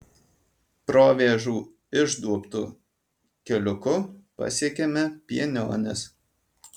provėžų išduobtu keliuku pasiekėme pienionis